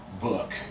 book